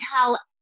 tell